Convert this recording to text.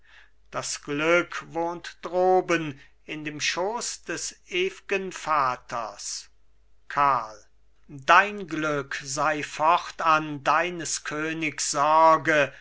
das glück wohnt droben in dem schoß des ewgen vaters karl dein glück sei fortan deines königs sorge